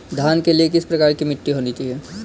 धान के लिए किस प्रकार की मिट्टी होनी चाहिए?